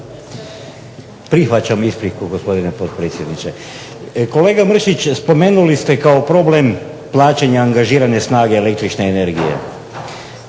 Prihvaćam ispriku, gospodine potpredsjedniče. Kolega Mršić, spomenuli ste kao problem plaćanje angažirane snage električne energije.